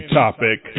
topic